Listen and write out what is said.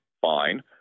fine